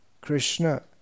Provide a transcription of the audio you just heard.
Krishna